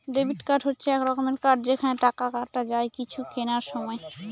debit card হচ্ছে এক রকমের কার্ড যেখানে টাকা কাটা যায় কিছু কেনার সময়